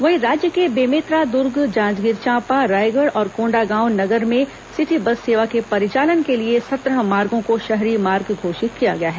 वहीं राज्य के बेमेतरा दूर्ग जांजगीर चांपा रायगढ़ और कोंडागांव नगर में सिटी बस सेवा के परिचालन के लिए सत्रह मार्गों को शहरी मार्ग घोषित किया गया है